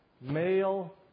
male